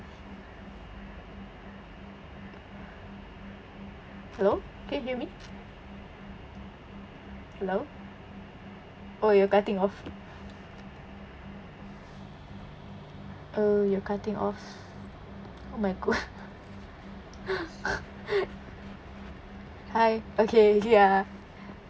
hello can you hear me hello !oi! you cutting off err you cutting off oh my god hi okay okay ah